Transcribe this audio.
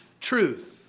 truth